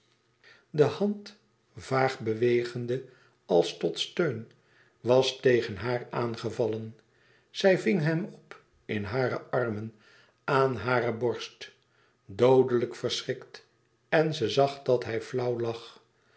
de hand vaag bewegend als tot steun was tegen haar aangevallen zij ving hem op in haren arm aan hare borst doodelijk verschrikt en ze zag dat hij flauw lag